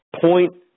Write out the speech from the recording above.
point